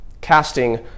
casting